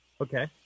Okay